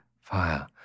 Fire